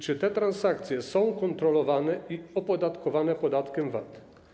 Czy te transakcje są kontrolowane i opodatkowane podatkiem VAT?